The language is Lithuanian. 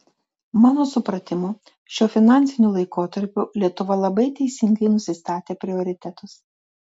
mano supratimu šiuo finansiniu laikotarpiu lietuva labai teisingai nusistatė prioritetus